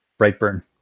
Brightburn